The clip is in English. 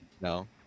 no